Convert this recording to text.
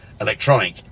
electronic